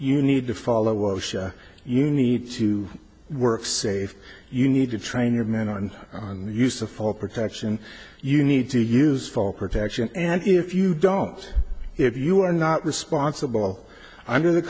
you need to follow osha you need to work safe you need to train your men on the use of full protection you need to use full protection and if you don't if you are not responsible under the